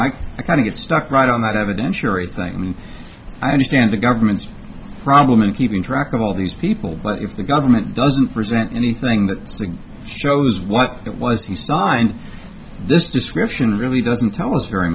to get stuck right on that evidence or a thing i mean i understand the government's problem in keeping track of all these people but if the government doesn't present anything that shows what it was you signed this description really doesn't tell us very